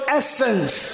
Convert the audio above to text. essence